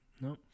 no